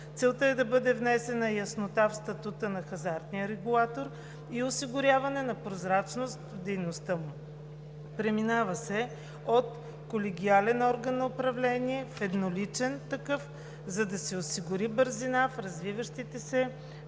Целта е да бъде внесена яснота в статута на хазартния регулатор и осигуряване на прозрачност в дейността му. Преминава се от колегиален орган на управление в едноличен такъв, за да се осигури бързина в развиващите се